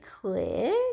quick